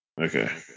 okay